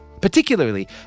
particularly